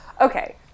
okay